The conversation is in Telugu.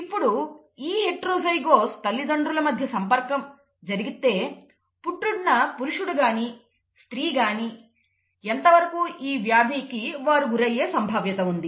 ఇప్పుడు ఈ హెటెరోజైగస్ తల్లిదండ్రుల మధ్య సంపర్కం జరిపితే పుట్టిన వ్యక్తి పురుషుడు అయినా కానిలేదా స్త్రీ అయినా గాని ఎంతవరకు ఈ వ్యాధికి వారు గురయ్యే సంభావ్యత ఉంది